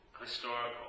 historical